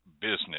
business